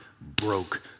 broke